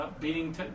Beating